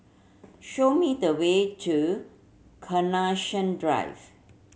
show me the way to Carnation Drive